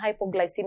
hypoglycemia